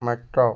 മെത്ത